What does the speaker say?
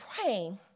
praying